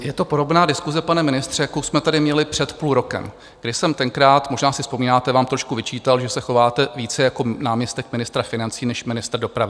Je to podobná diskuse, pane ministře, jakou jsme tady měli před půlrokem, kdy jsem tenkrát možná si vzpomínáte vám trošku vyčítal, že se chováte více jako náměstek ministra financí než ministr dopravy.